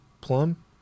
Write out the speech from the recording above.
plum